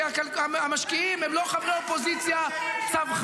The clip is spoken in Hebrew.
כי המשקיעים הם לא חברי אופוזיציה צווחנים,